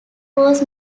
was